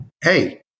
hey